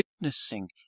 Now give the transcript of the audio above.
witnessing